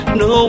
no